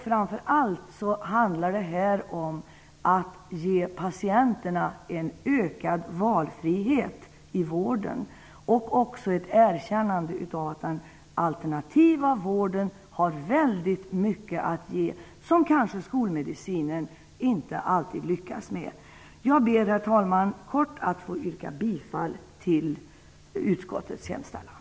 Framför allt handlar det om att ge patienterna en ökad valfrihet i vården samt ett erkännande av den alternativa vården, vilken har mycket att ge som skolmedicinen kanske inte alltid lyckas med. Herr talman! Jag ber helt kort att få yrka bifall till utskottets hemställan.